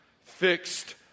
fixed